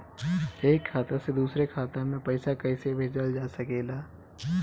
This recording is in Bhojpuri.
एक खाता से दूसरे खाता मे पइसा कईसे भेजल जा सकेला?